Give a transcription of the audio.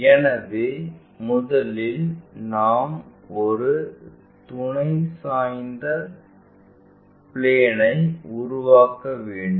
எனவே முதலில் நாம் ஒரு துணை சாய்ந்த பிளேன்ஐ உருவாக்க வேண்டும்